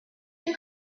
can